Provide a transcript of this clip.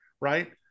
right